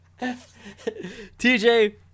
TJ